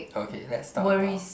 okay let's talk about